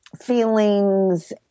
feelings